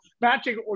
matching